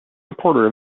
supporter